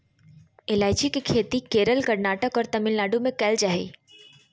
ईलायची के खेती केरल, कर्नाटक और तमिलनाडु में कैल जा हइ